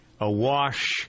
awash